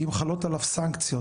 האם חלות עליו סנקציות.